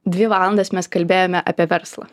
dvi valandas mes kalbėjome apie verslą